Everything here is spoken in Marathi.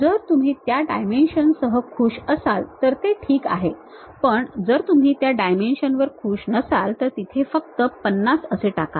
जर तुम्ही त्या डायमेन्शन्ससह खूश असाल तर ते ठीक आहे पण जर तुम्ही त्या डायमेन्शन वर खूश नसाल तर तिथे फक्त 50 असे टाका